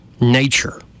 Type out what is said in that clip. Nature